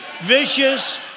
vicious